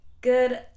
Good